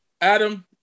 Adam